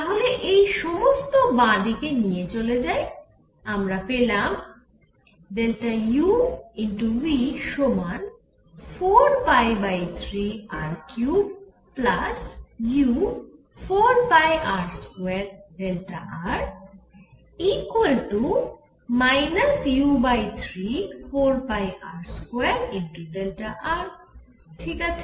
তাহলে এই সমস্ত বাঁ দিকে নিয়ে যাই আমরা পেলাম u V সমান 4π3r3u4πr2r u34πr2r ঠিক আছে